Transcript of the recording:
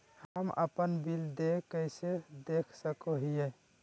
हम अपन बिल देय कैसे देख सको हियै?